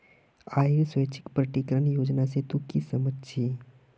आइर स्वैच्छिक प्रकटीकरण योजना से तू की समझ छि